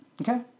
Okay